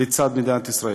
לצד מדינת ישראל.